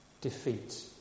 defeat